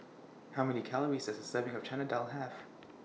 How Many Calories Does A Serving of Chana Dal Have